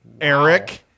Eric